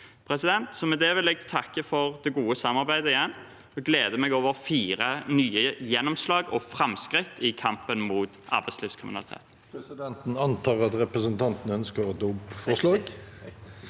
i kontakt. Med det vil jeg igjen takke for det gode samarbeidet. Jeg gleder meg over fire nye gjennomslag og framskritt i kampen mot arbeidslivskriminalitet.